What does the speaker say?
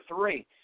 three